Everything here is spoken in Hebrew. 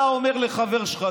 אתה אומר לחבר שלך,